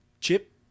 chip